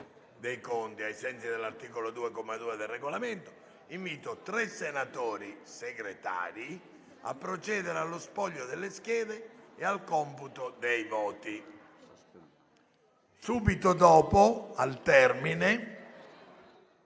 dei conti. Ai sensi dell'articolo 2, comma 2, del Regolamento, invito tre senatori Segretari a procedere allo spoglio delle schede e al computo dei voti. Subito dopo la